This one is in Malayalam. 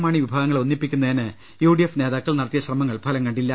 മാണി വിഭാഗങ്ങളെ ഒന്നിപ്പിക്കുന്നതിന് യുഡിഎഫ് നേതാക്കൾ നടത്തിയ ശ്രമങ്ങൾ ഫലം കണ്ടില്ല